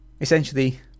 Essentially